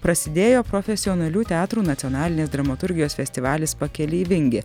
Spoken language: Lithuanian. prasidėjo profesionalių teatrų nacionalinės dramaturgijos festivalis pakeleivingi